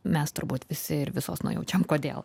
mes turbūt visi ir visos nujaučiam kodėl